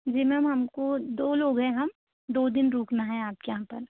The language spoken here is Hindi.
जी मेम हमको दो लोग हैं हम दो दिन रुकना है आपके यहाँ पर